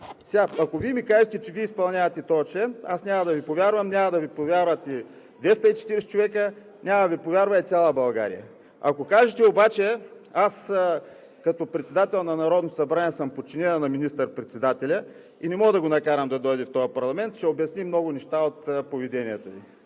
ако Вие ми кажете, че Вие изпълнявате този член, аз няма да Ви повярвам, няма да Ви повярват и 240 човека, няма да Ви повярва и цяла България. Ако кажете обаче: аз като председател на Народното събрание съм подчинена на министър-председателя и не мога да го накарам да дойде в този парламент, ще обясни много неща от поведението Ви.